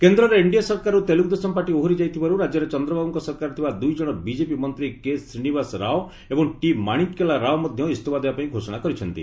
କେନ୍ଦ୍ରରେ ଏନ୍ଡିଏ ସରକାରରୁ ତେଲୁଗୁଦେଶମ ପାର୍ଟି ଓହରି ଯାଇଥିବାରୁ ରାଜ୍ୟରେ ଚନ୍ଦ୍ରବାବୁଙ୍କ ସରକାରରେ ଥିବା ଦୁଇଜଣ ବିଜେପି ମନ୍ତ୍ରୀ କେ ଶ୍ରୀନିବାସ ରାଓ ଓ ଟି ମାଶିକ୍ୟଲା ରାଓ ମଧ୍ୟ ଇସ୍ତଫା ଦେବା ପାଇଁ ଘୋଷଣା କରିଛନ୍ତି